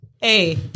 hey